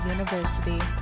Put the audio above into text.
University